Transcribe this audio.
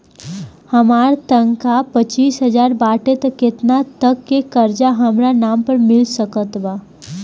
हमार तनख़ाह पच्चिस हज़ार बाटे त केतना तक के कर्जा हमरा नाम पर मिल सकत बा?